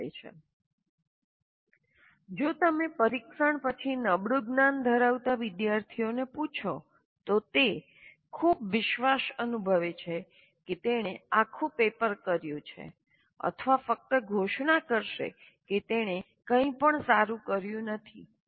બનાવે છે જો તમે પરીક્ષણ પછી નબળું જ્ઞાન ધરાવતા વિદ્યાર્થીને પૂછો તો તે ખૂબ વિશ્વાસ અનુભવે છે કે તેણે આખું પેપર કર્યું છે અથવા ફક્ત ઘોષણા કરશે કે તેણે કંઈપણ સારું કર્યું નથી